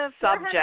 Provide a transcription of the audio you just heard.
subject